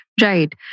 Right